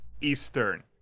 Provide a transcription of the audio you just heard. Eastern